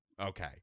Okay